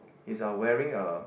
he are wearing a